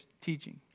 teaching